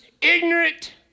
ignorant